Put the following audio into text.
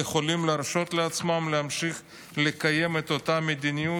יכולים להרשות לעצמם להמשיך לקיים את אותה מדיניות